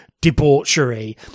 debauchery